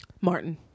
Martin